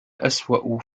أسوأ